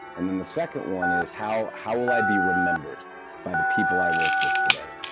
and then the second one is, how how will i be remembered by the people i work with today?